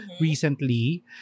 recently